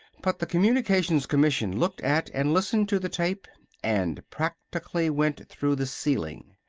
but the communications commission looked at and listened to the tape and practically went through the ceiling.